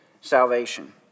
salvation